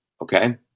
Okay